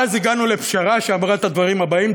ואז הגענו לפשרה שאמרה את הדברים הבאים,